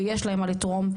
ויש להם מה לתרום,